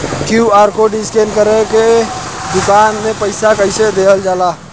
QR code scan करके दुकान में पईसा कइसे देल जाला?